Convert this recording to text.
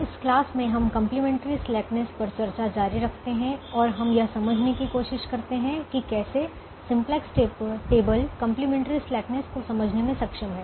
इस क्लास में हम कंप्लीमेंट्री स्लैकनेस पर चर्चा जारी रखते हैं और हम यह समझने की कोशिश करते हैं कि कैसे सिम्प्लेक्स टेबल कंप्लीमेंट्री स्लैकनेस को समझने में सक्षम है